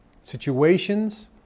situations